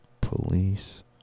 Police